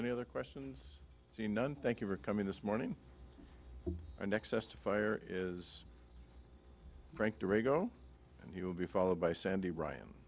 any other questions so you none thank you for coming this morning and access to fire is frank de rego and he will be followed by sandy ryan